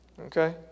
Okay